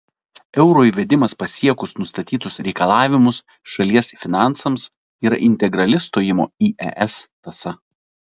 euro įvedimas pasiekus nustatytus reikalavimus šalies finansams yra integrali stojimo į es tąsa